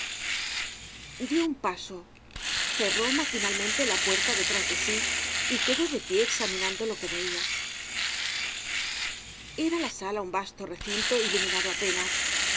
dió un paso cerró maquinalmente la puerta detrás de sí y quedó de pie examinando lo que veia era la sala un vasto recinto iluminado apenas